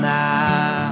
now